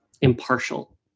impartial